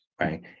right